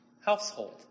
household